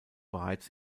bereits